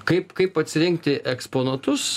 kaip kaip atsirinkti eksponatus